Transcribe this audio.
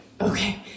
okay